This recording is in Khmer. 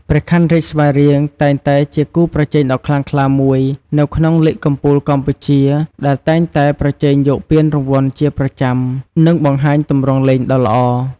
ព្រះខ័នរាជស្វាយរៀងតែងតែជាគូប្រជែងដ៏ខ្លាំងក្លាមួយនៅក្នុងលីគកំពូលកម្ពុជា ដែលតែងតែប្រជែងយកពានរង្វាន់ជាប្រចាំ និងបង្ហាញទម្រង់លេងដ៏ល្អ។